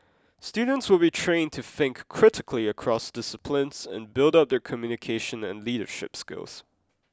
students will be trained to think critically across disciplines and build up their communication and leadership skills